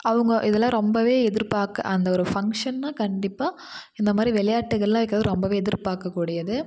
அவங்க இதெலாம் ரொம்பவே எதிர்பார்க் அந்த ஒரு ஃபங்க்ஷன்னால் கண்டிப்பாக இந்த மாதிரி விளையாட்டுகள்லாம் வைக்கறது ரொம்பவே எதிர்பார்க்க கூடியது